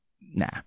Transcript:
nah